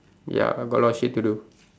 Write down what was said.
ya got a lot of shit to do